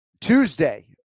Tuesday